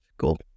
Cool